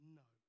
no